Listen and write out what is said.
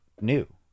new